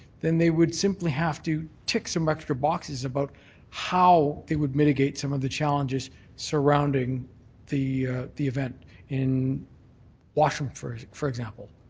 then they would s have to tick some extra boxes about how they would mitigate some of the challenges surrounding the the event in washroom, for for example,